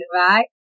right